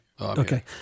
okay